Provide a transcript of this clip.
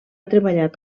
treballat